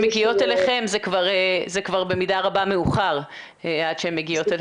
מגיעות אליכם זה כבר במידה רבה מאוחר וסוג